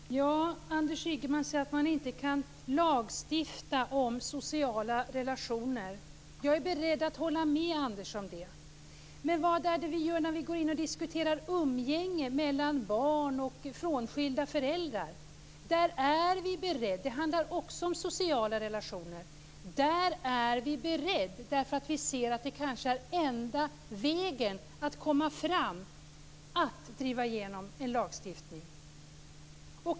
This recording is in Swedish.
Herr talman! Anders Ygeman säger att det inte går att lagstifta om sociala relationer. Jag är beredd att hålla med om det. Men vad är det vi gör när vi går in och diskuterar umgänget mellan barn och frånskilda föräldrar? Det handlar ju också om sociala relationer och där är vi beredda att lagstifta därför att vi ser att den enda vägen att komma fram kanske är att just driva igenom en lagstiftning.